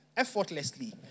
Effortlessly